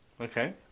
Okay